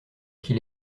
qu’il